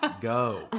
go